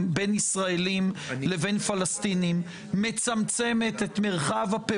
אבל ישנו עוד תפקיד והדרג המדיני צריך לנצל את העוצמה